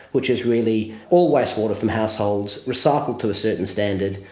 which is really all waste water from households recycled to a certain standard,